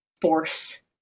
force